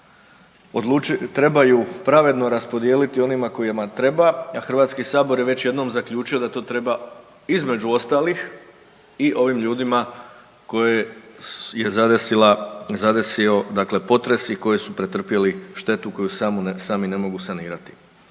treba, a HS je već jednom zaključio da to treba između ostalih i ovim ljudima koje je zadesila, zadesio dakle potres i koji su pretrpjeli štetu koju sami ne mogu sanirati.